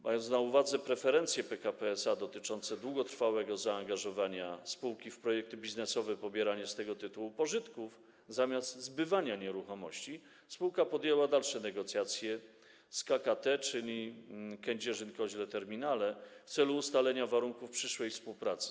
Mając na uwadze preferencje PKP SA dotyczące długotrwałego zaangażowania spółki w projekty biznesowe i pobierania z tego tytułu pożytków zamiast zbywania nieruchomości, spółka podjęła dalsze negocjacje z KKT, czyli Kędzierzyn-Koźle Terminale, w celu ustalenia warunków przyszłej współpracy.